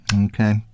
Okay